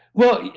well,